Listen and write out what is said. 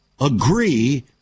agree